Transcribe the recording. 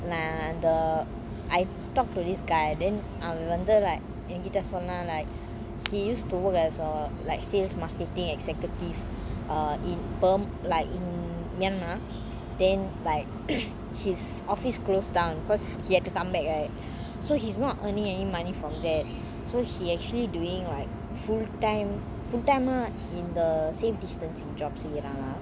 and eh the I talk to this guy then I wonder like அவன் வந்து ஏன் கிட்ட சொன்ன:avan vanthu yean kita sonna like he used to work as a like sales marketing executive in burm~ in myanmmar then like his office close down cause he had to come back right so he's not earning any money from that so he actually doing like full time full timer in the safe distancing job செறிரணம்:seriranam